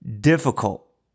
difficult